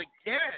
again